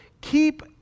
keep